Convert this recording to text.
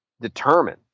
determine